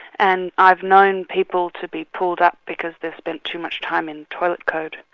and i've known people to be pulled up because they've spent too much time in toilet code.